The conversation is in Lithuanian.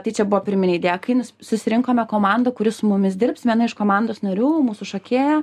tai čia buvo pirminė idėja kai susirinkome komandą kuri su mumis dirbs viena iš komandos narių mūsų šokėja